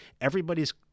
everybody's